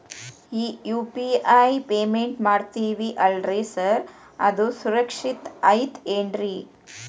ಈ UPI payment ಮಾಡ್ತೇವಿ ಅಲ್ರಿ ಸಾರ್ ಅದು ಸುರಕ್ಷಿತ್ ಐತ್ ಏನ್ರಿ?